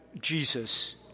Jesus